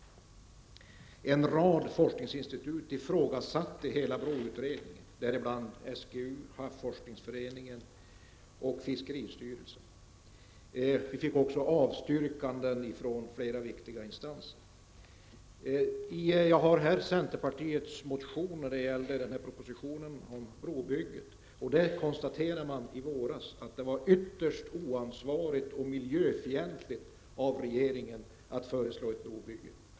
En rad forskningsinstitut -- däribland STU, havsforskningsföreningen och fiskeristyrelsen -- ifrågasatte hela broutredningen. Flera viktiga instanser avstyrkte också. Jag har här centerpartiets motion när det gäller propositionen om brobygget. Man konstaterade i denna i våras att det var ytterst oansvarigt och miljöfientligt av regeringen att föreslå ett brobygge.